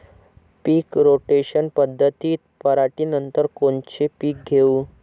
पीक rotation पद्धतीत पराटीनंतर कोनचे पीक घेऊ?